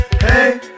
Hey